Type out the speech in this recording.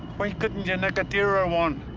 why couldn't you nick a dearer one?